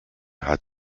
hat